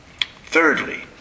Thirdly